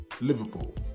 Liverpool